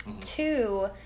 Two